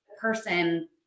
person